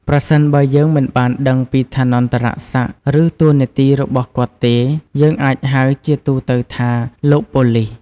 ប្រសិនបើយើងមិនបានដឹងពីឋានន្តរសក្ដិ ឬតួនាទីរបស់គាត់ទេ យើងអាចហៅជាទូទៅថា " លោកប៉ូលិស"។